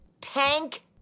tank